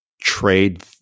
trade